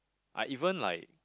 I even like